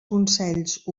consells